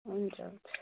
हुन्छ हुन्छ